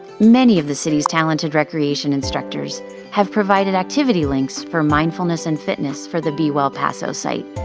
many of the city's talented recreation instructors have provided activity links for mindfulness and fitness for the be well paso site.